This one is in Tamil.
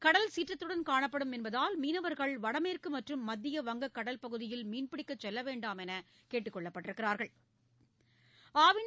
கடல் சீற்றத்துடன் காணப்படும் என்பதால் மீனவர்கள் வடமேற்குமற்றும் மத்திய வங்கக் கடல் பகுதியில் மீன்பிடிக்கச் செல்லவேண்டாம் என்றுகேட்டுக் கொள்ளப்பட்டுள்ளனர்